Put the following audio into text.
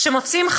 כשמוצאים,